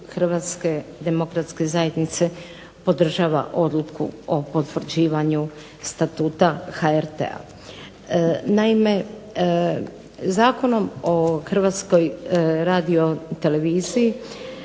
Hrvatske demokratske zajednice podržava odluku o potvrđivanju Statuta HRT-a. Naime, Zakonom o Hrvatskoj radioteleviziji